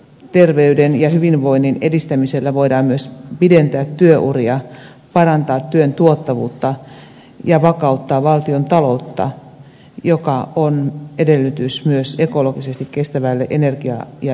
terveyden ja työhyvinvoinnin edistämisellä voidaan myös pidentää työuria parantaa työn tuottavuutta ja vakauttaa valtiontaloutta joka on edellytys myös ekologisesti kestävälle energia ja ilmastopolitiikalle